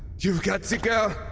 you got ze girl.